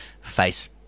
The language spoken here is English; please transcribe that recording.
face